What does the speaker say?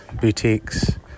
boutiques